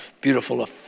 beautiful